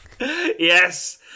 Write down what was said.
yes